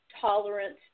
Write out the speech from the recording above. tolerance